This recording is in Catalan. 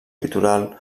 litoral